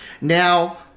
Now